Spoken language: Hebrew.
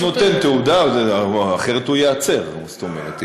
הוא נותן תעודה, אחרת הוא ייעצר, מה זאת אומרת?